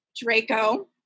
Draco